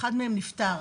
אחד מהם נפטר.